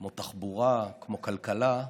כמו תחבורה, כמו כלכלה,